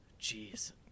Jeez